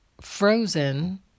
Frozen